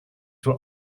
were